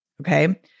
Okay